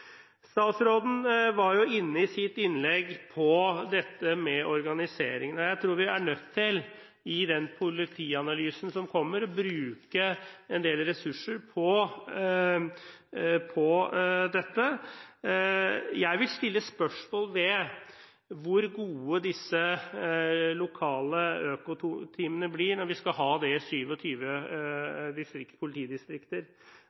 Statsråden var i sitt innlegg inne på dette med organiseringen. Jeg tror vi er nødt til – i forbindelse med den politianalysen som kommer – å bruke en del ressurser på dette. Jeg vil stille spørsmål ved hvor gode disse lokale økoteamene blir når vi skal ha det